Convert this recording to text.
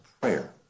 prayer